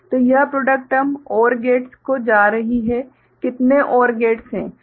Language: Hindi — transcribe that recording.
तो यह प्रॉडक्ट टर्म OR गेट्स को जा रही है कितने OR गेट्स हैं